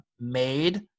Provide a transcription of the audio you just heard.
made